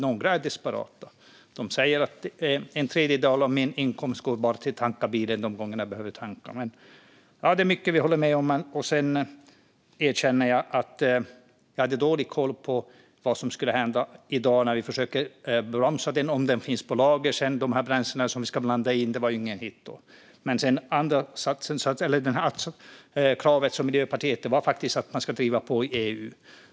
Några är desperata; de säger att en tredjedel av deras inkomst går till att tanka bilen de gånger som de behöver tanka. Det är mycket vi håller med om. Jag erkänner också att jag hade dålig koll på vad som skulle hända i dag. Vi försöker att bromsa den om den finns på lager. De bränslen som vi skulle blanda in var ju ingen hit. Kravet från Miljöpartiet var faktiskt att man ska driva på i EU.